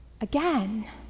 again